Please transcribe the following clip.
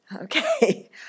Okay